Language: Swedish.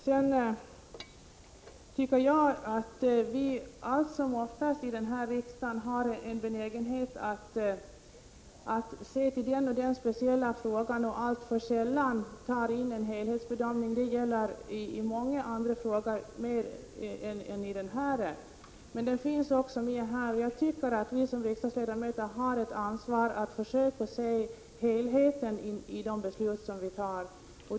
Jag tycker att vi här i riksdagen allt som oftast har en benägenhet att se till den eller den speciella frågan. Alltför sällan gör vi en helhetsbedömning. Det gäller inte bara i denna fråga utan också i många andra frågor. Jag tycker att vi riksdagsledamöter har ett ansvar när det gäller att försöka se till helheten i de beslut som vi fattar.